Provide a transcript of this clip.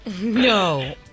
No